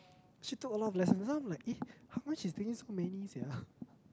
she took a lot of lessons then I'm like eh how come she taking so many sia